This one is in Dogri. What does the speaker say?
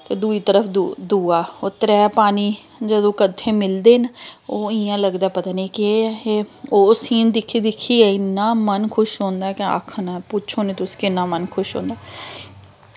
ते दुई तरफ दूआ ओह् त्रै पानी जदूं कट्ठे मिलदे न ओह् इयां लगदा पता नी केह् ऐ एह् ओह् सीन दिक्खी दिक्खियै इन्ना मन खुश होंदा ऐ केह् आक्खना पुच्छो नी तुस किन्ना मन खुश होंदा